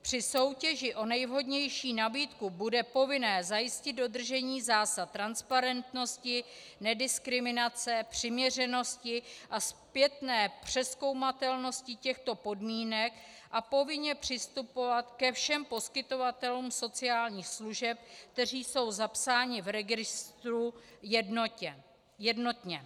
Při soutěži o nejvhodnější nabídku bude povinné zajistit dodržení zásad transparentnosti, nediskriminace, přiměřenosti a zpětné přezkoumatelnosti těchto podmínek a povinně přistupovat ke všem poskytovatelům sociálních služeb, kteří jsou zapsáni v registru jednotně.